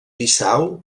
bissau